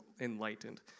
enlightened